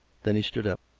then he stood up.